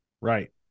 Right